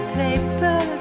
paper